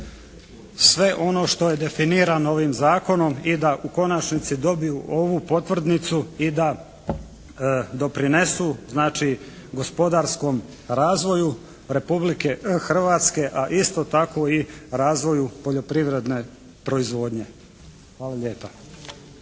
sve ono što je definirano ovim zakonom i da u konačnici dobiju ovu potvrdnicu i da doprinesu znači gospodarskom razvoju Republike Hrvatske, a isto tako i razvoju poljoprivredne proizvodnje. Hvala lijepa.